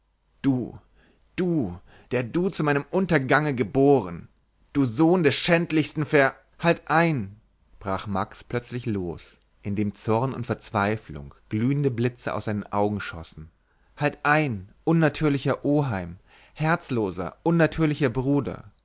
du du der du zu meinem untergange geboren du sohn des schändlichsten ver halt ein brach max plötzlich los indem zorn und verzweiflung glühende blitze aus seinen augen schossen halt ein unnatürlicher oheim herzloser unnatürlicher bruder